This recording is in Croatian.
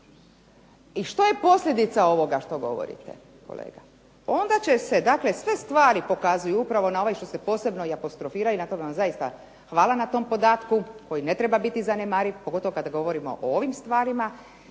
I što je posljedica ovoga što govorite kolega? Onda će se, dakle sve stvari pokazuju upravo na ovaj što se posebno i apostrofira i na tome vam zaista hvala na tom podatku koji ne treba biti zanemariv pogotovo kada govorimo o ovim stvarima